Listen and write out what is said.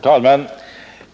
Herr talman!